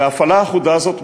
וההפעלה האחודה הזאת,